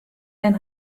men